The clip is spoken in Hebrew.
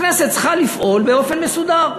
הכנסת צריכה לפעול באופן מסודר,